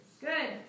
Good